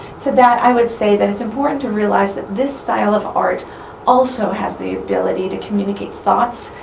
to that, i would say that it's important to realize that this style of art also has the ability to communicate thoughts,